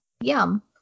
Yum